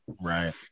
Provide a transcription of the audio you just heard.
Right